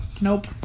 Nope